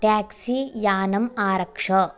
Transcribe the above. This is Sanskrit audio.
ट्याक्सी यानम् आरक्ष